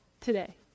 today